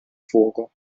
fuoco